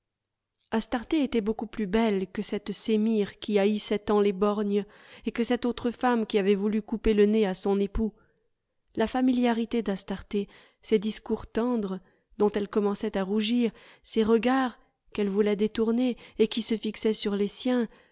astarté était beaucoup plus belle que cette sémire qui haïssait tant les borgnes et que cette autre femme qui avait voulu couper le nez à son époux la familiarité d'astarté ses discours tendres dont elle commençait à rougir ses regards qu'elle voulait détourner et qui se fixaient sur les siens